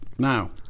Now